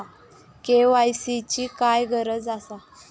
KYC ची काय गरज आसा?